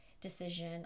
decision